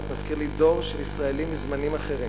מזכיר לי דור של ישראלים מזמנים אחרים,